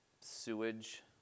sewage